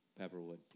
Pepperwood